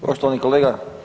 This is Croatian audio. Poštovani kolega.